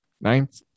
Ninth